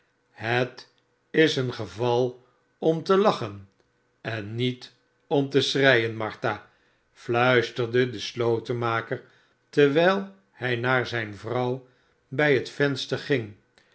het is een geval om te lachen en niet om te schreien martha fluisterde de slotenmaker terwijl hij naar zijne vrouw bij het venster ging